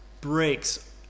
breaks